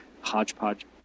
hodgepodge